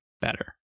better